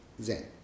Zen